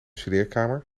studeerkamer